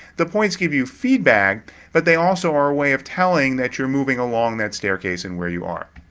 the points give you feedback but they also are a way of telling that you're moving along that staircase in where you are.